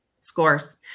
scores